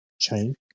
chain